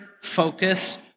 focus